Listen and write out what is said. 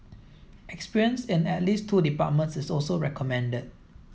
experience in at least two departments is also recommended